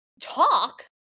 talk